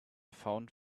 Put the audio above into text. found